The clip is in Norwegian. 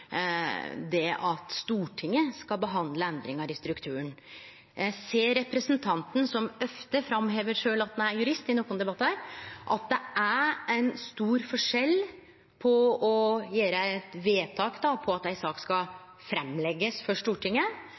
det at Stortinget skal behandle endringar i strukturen. Ser representanten, som ofte i debattar framhevar at han sjølv er jurist, at det er ein stor forskjell på å gjere eit vedtak om at ei sak skal leggjast fram for Stortinget,